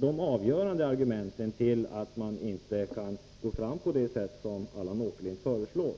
det avgörande argumentet för att man inte kan gå fram på det sätt som Allan Åkerlind föreslår.